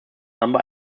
number